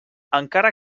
encara